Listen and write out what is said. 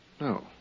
No